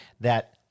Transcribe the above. that-